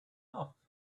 off